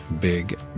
big